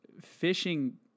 fishing